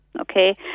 okay